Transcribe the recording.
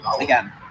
Again